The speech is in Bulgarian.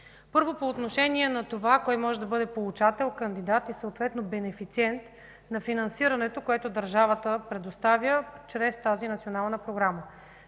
Първо, по отношение на това кой може да бъде получател, кандидат, съответно бенефициент на финансирането, което държавата предоставя чрез тази национална програма.